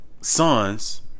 sons